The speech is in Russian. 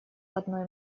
одной